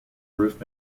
roof